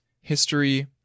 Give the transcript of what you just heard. history